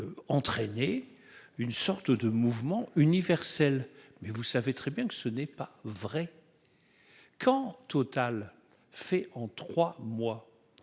entraîner une sorte de mouvement universel mais vous savez très bien que ce n'est pas vrai quand Total fait en 3 mois